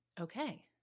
Okay